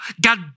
God